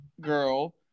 girl